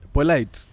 Polite